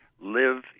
live